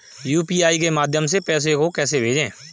UPI के माध्यम से पैसे को कैसे भेजें?